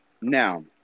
Now